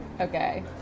Okay